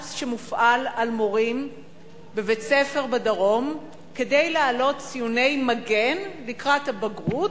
לחץ שמופעל על מורים בבית-ספר בדרום להעלות ציוני מגן לקראת הבגרות,